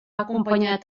acompanyat